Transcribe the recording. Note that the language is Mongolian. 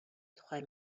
тухай